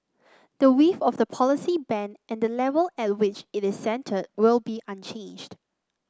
the width of the policy band and the level at which it centred will be unchanged